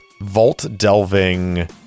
vault-delving